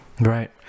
Right